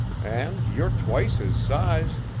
and you're twice his size.